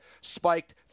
spiked